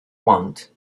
want